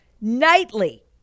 nightly